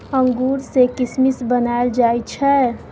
अंगूर सँ किसमिस बनाएल जाइ छै